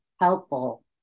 helpful